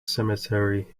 cemetery